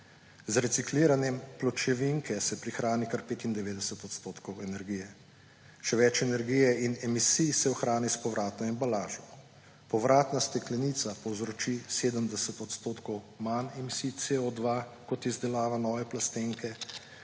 Z recikliranjem pločevinke se prihrani kar 95 odstotkov energije. Še več energije in emisij se ohrani s povratno embalažo. Povratna steklenica povzroči 70 odstotkov manj emisij CO2 kot izdelava nove plastenke,